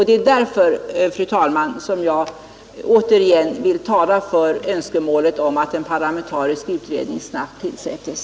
Det är därför, fru talman, som jag återigen vill tala för önskemålet om att en parlamentarisk utredning snabbt tillsättes.